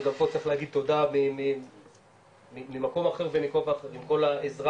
וגם פה צריך להגיד תודה למקום אחר ובכובע אחר עם כל העזרה